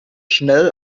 schnell